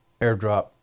airdrop